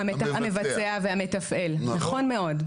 המבצע והמתפעל, נכון מאוד.